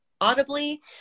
audibly